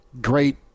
great